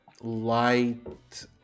light